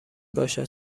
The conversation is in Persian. باشد